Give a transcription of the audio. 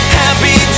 happy